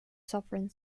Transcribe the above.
sovereign